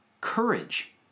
courage